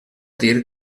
dir